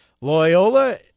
Loyola